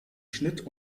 schnitt